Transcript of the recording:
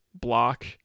block